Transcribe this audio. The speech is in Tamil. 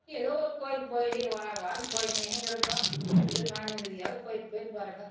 ஏதோ ஒரு கோயிலுக்குப் போயி வாரம் வாரம் போயின்னே இருக்கறது தான் ஏதோ மன நிம்மதிக்காக போயிட்டு போயிட்டு வரேங்க